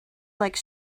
like